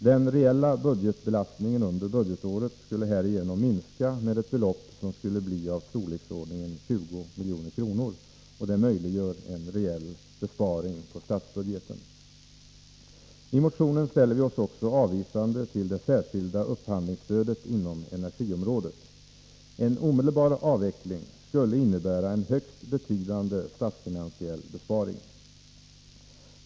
Den reella budgetbelastningen under budgetåret skulle härigenom minska med ett belopp som skulle bli av storleksordningen 20 milj.kr. Det möjliggör en reell besparing på statsbudgeten. I motionen ställer vi oss också avvisande till det särskilda upphandlingsstödet inom energiområdet. En omedelbar avveckling skulle innebära en högst betydande statsfinansiell besparing.